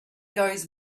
goes